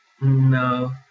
No